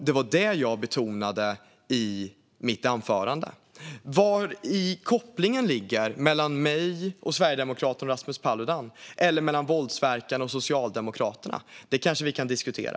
Det var det jag betonade i mitt anförande. Vari kopplingen ligger mellan mig, Sverigedemokraterna och Rasmus Paludan, eller mellan våldsverkarna och Socialdemokraterna, kanske vi kan diskutera.